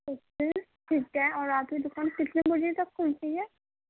ٹھیک ہے ٹھیک ہے اور آپ کی دُکان کتنے بجے تک کُھلتی ہے